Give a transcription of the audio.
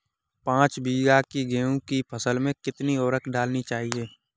पाँच बीघा की गेहूँ की फसल में कितनी उर्वरक डालनी चाहिए?